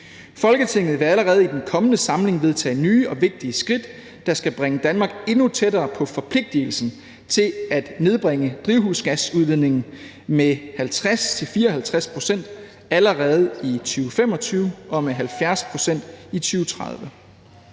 Folketinget vil allerede i den kommende samling vedtage nye og vigtige skridt, der skal bringe Danmark endnu tættere på forpligtelsen til at nedbringe drivhusgasudledningen med 50-54 pct. allerede i 2025 og med 70 pct. i 2030.